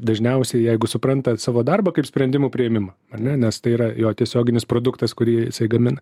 dažniausiai jeigu supranta savo darbą kaip sprendimų priėmimą ar ne nes tai yra jo tiesioginis produktas kurį gamina